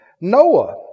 Noah